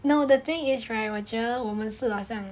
no the thing is right 我觉得我们是好像